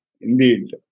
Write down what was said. indeed